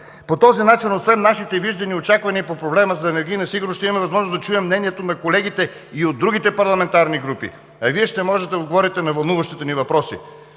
По този начин, освен нашите виждания и очаквания по проблема за енергийната сигурност, ще имаме възможност да чуем мнението на колегите и от другите парламентарни групи, а Вие ще можете да отговорите на вълнуващите ни въпроси.